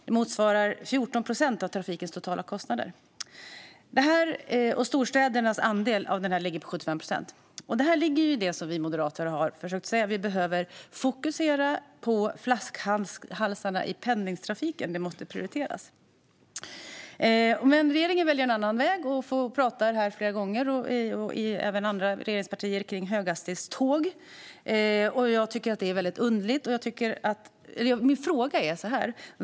Det motsvarar 14 procent av trafikens totala kostnader. Storstädernas andel ligger på 75 procent. Detta ligger i det som vi moderater har försökt säga. Vi behöver fokusera på flaskhalsarna i pendeltrafiken. Detta måste prioriteras. Regeringen väljer en annan väg. Regeringspartierna och även andra partier pratar höghastighetståg. Jag tycker att det är underligt.